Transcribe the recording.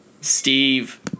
Steve